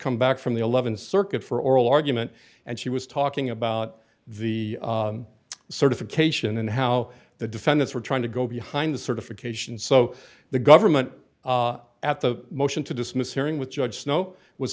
come back from the th circuit for oral argument and she was talking about the certification and how the defendants were trying to go behind the certification so the government at the motion to dismiss hearing with judge snow was